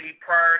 prior